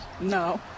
No